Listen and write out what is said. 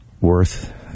worth